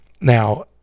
Now